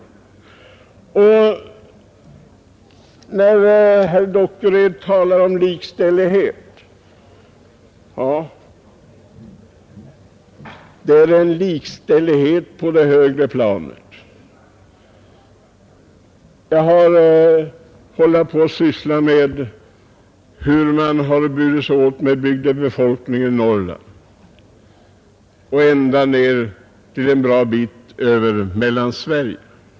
Herr Dockered talar om likställighet. Ja, det är en likställighet på det högre planet. Jag har sysslat med hur man burit sig åt med bygdebefolkningen i Norrland och en bra bit ned över Mellansverige.